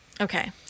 Okay